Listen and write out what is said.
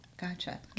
Gotcha